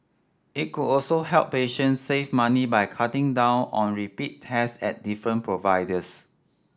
it could also help patients save money by cutting down on repeat tests at different providers